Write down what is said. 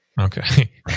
Okay